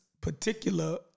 particular